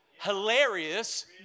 hilarious